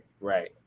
Right